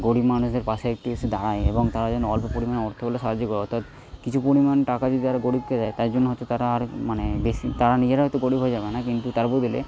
গরিব মানুষের পাশে একটু এসে দাঁড়ায় এবং তারা যেন অল্প পরিমাণে অর্থ হলেও সাহায্য করে অর্থাৎ কিছু পরিমাণ টাকা যদি তারা গরিবকে দেয় তাই জন্য হয়তো তারা আর মানে বেশি তারা নিজেরা হয়তো গরিব হয়ে যাবে না কিন্তু তার বদলে